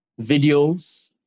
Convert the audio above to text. videos